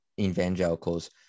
evangelicals